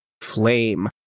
flame